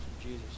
Jesus